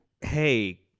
hey